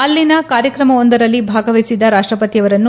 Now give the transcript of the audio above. ಅಲ್ಲಿನ ಕಾರ್ಯಕ್ರಮವೊಂದರಲ್ಲಿ ಭಾಗವಹಿಸಿದ ರಾಷ್ಟಪತಿಯವರನ್ನು